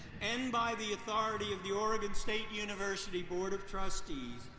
and by the authority of the oregon state university board of trustees,